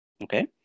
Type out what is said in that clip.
Okay